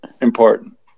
important